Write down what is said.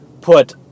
put